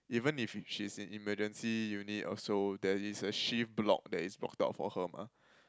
even if she's in emergency unit or so there is a shift block that is blocked out for her mah